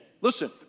listen